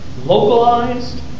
localized